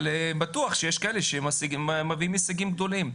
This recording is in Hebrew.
אבל בטוח שיש כאלה שמביאים הישגים גדולים.